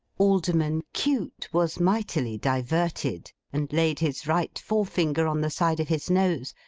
alderman cute was mightily diverted, and laid his right forefinger on the side of his nose,